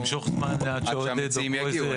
למשוך זמן עד שעודד יגיע.